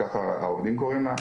כך העובדים קוראים לו.